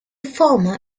former